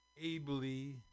ably